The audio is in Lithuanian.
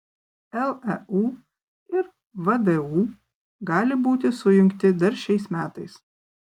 leu ir vdu gali būti sujungti dar šiais metais